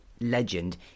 legend